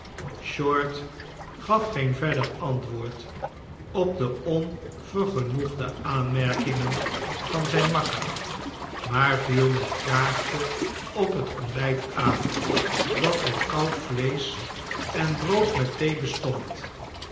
short gaf geen verder antwoord op de onvergenoegde aanmerkingen van zijn makker maar viel met graagte op het ontbijt aan dat uit koud vleesch en brood met thee bestond